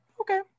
okay